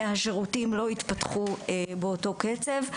והשירותים לא התפתחו באותו קצב.